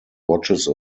watches